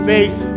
Faith